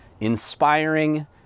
inspiring